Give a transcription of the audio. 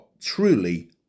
truly